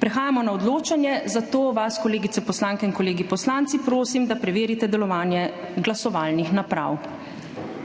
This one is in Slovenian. Prehajamo na odločanje, zato vas, kolegice poslanke in kolegi poslanci, prosim, da preverite delovanje glasovalnih naprav.